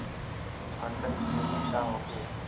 आंतरिक कृमि का होखे?